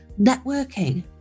networking